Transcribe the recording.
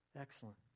Excellent